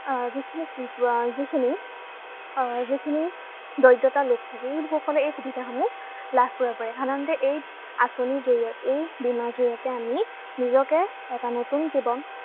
যিখিনি কি যিখিনি যিখিনি দৰিদ্ৰতা লোক থাকে এই লোকসকলে এই সুবিধাসমূহ লাভ কৰিব পাৰে সাধাৰণতে এই আঁচনিৰ জৰিয়তে এই বীমাৰ জৰিয়তে আমি নিজকে এটা নতুন জীৱন